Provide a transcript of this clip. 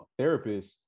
therapists